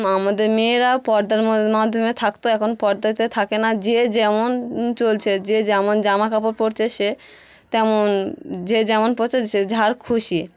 আমাদের মেয়েরা পর্দার মাধ্যমে থাকত এখন পর্দাতে থাকে না যে যেমন চলছে যে যেমন জামা কাপড় পরছে সে তেমন যে যেমন পরছে সে যার খুশি